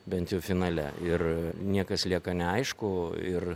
bent jau finale ir niekas lieka neaišku ir